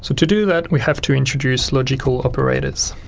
so to do that we have to introduce logical operator.